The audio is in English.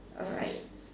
alright